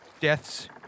death's